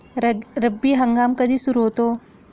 रब्बी हंगाम कधी सुरू होतो?